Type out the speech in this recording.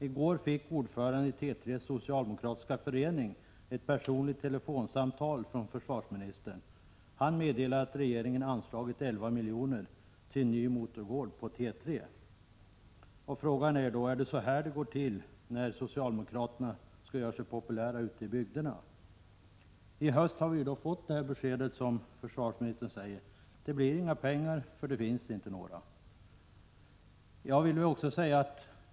I går fick ordföranden i T 3 socialdemokratiska förening ett personligt telefonsamtal från försvarsministern. Han meddelade att regeringen anslagit 11 miljoner till en ny motorgård på T 3.” Är det så här det går till när socialdemokraterna skall göra sig populära ute i bygderna? I höst har vi fått det besked som försvarsministern nu lämnat: Det blir inga pengar, för det finns inte några.